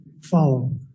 follow